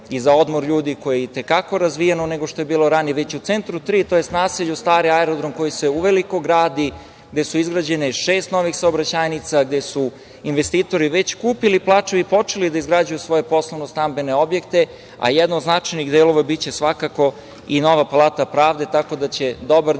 i za odmor ljudi, koji je i te kako razvijeno, već i o centru tri, tj. naselju Stari aerodrom, koji se uveliko gradi, gde je izgrađeno šest novih saobraćajnica, gde su investitori već kupili plačeve i počeli da izgrađuju svoje poslovno-stambene objekte, a jedno od značajnih delova biće svakako i nova Palata pravde, tako da će dobar deo